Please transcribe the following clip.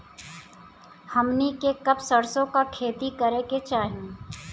हमनी के कब सरसो क खेती करे के चाही?